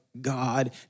God